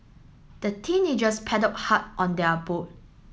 the teenagers paddled hard on their boat